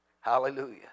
hallelujah